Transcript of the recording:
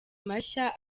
mashya